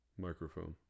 Microphone